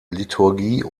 liturgie